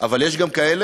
אבל יש גם כאלה.